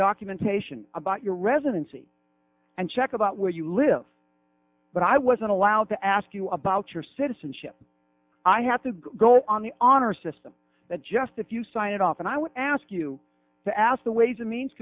documentation about your residency and check about where you live but i wasn't allowed to ask you about your citizenship i have to go on the honor system that just if you sign it off and i would ask you to ask the ways and means